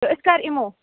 تہٕ أسۍ کَر یِمو